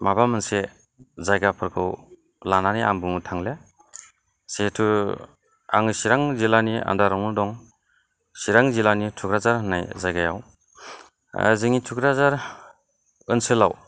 माबा मोनसे जायगाफोरखौ लानानै आं बुंनो थांले जिहेथु आङो चिरां जिल्लानि आन्डारावनो दं चिरां जिल्लानि थुक्राझार होननाय जायगायाव जोंनि थुक्राझार ओनसोलाव